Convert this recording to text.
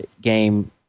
game